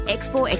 Expo